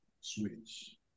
switch